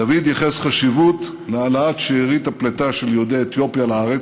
דוד ייחס חשיבות להעלאת שארית הפליטה של יהודי אתיופיה לארץ,